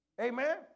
Amen